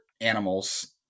animals